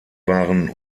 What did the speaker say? waren